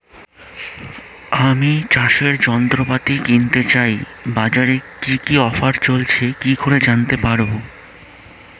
আমি চাষের যন্ত্রপাতি কিনতে চাই বাজারে কি কি অফার চলছে কি করে জানতে পারবো?